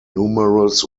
numerous